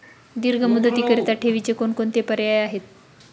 दीर्घ मुदतीकरीता ठेवीचे कोणकोणते पर्याय आहेत?